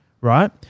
right